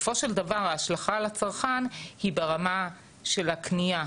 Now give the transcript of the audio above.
בסופו של דבר ההשלכה על היצרן היא ברמה של הקנייה.